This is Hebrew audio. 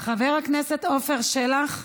חבר הכנסת עפר שלח,